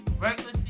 regular